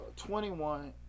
21